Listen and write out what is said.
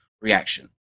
reaction